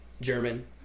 German